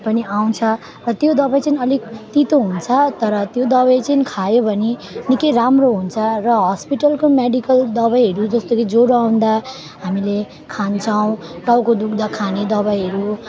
पनि आउँछ र त्यो दबाई चाहिँ अलिक तितो हुन्छ तर त्यो दबाई चाहिँ खायो भने निकै राम्रो हुन्छ र हस्पिटलको मेडिकल दबाईहरू जस्तो कि ज्वरो आउँदा हामीले खान्छौँ टाउको दुख्दा खाने दबाईहरू